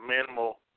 minimal